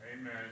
amen